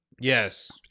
Yes